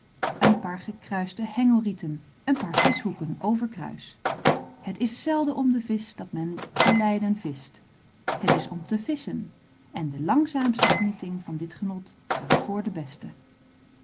een paar gekruiste hengelrieten een paar vischhoeken overkruis het is zelden om den visch dat men te leiden vischt het is om te visschen en de langzaamste genieting van dit genot gaat voor de beste